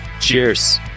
Cheers